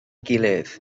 gilydd